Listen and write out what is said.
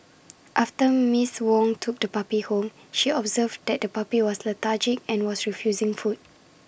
after miss Wong took the puppy home she observed that the puppy was lethargic and was refusing food